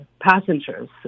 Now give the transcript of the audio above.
passengers